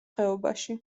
ხეობაში